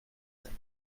sept